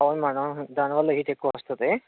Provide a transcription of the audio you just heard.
అవును మ్యాడం దాని వల్ల హీట్ ఎక్కువ వస్తుంది